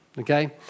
okay